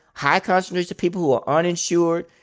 high concentration of people who are uninsured,